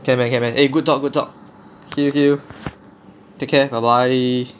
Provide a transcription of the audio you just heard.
can you recommend a good dog a dog hillview to care for bali